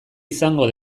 izango